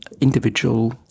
individual